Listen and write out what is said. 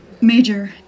Major